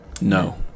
no